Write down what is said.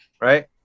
right